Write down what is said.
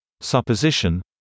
supposition